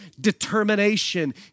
determination